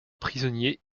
prisonniers